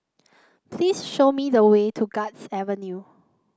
please show me the way to Guards Avenue